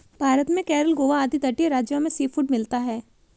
भारत में केरल गोवा आदि तटीय राज्यों में सीफूड मिलता है